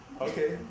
Okay